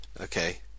Okay